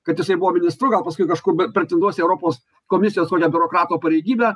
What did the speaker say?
kad jisai buvo ministru gal paskui kažkur b pretenduos į europos komisijos kokią biurokrato pareigybę